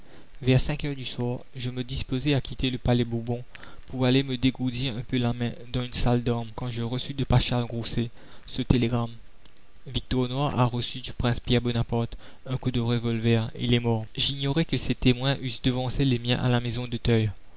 vers cinq heures du soir je me disposais à quitter le palais bourbon pour aller me dégourdir un peu la main dans une salle d'armes quand je reçus de paschal grousset ce télégramme la commune victor noir a reçu du prince pierre bonaparte un coup de revolver il est mort j'ignorais que ses témoins eussent devancé les miens à la maison d'auteuil de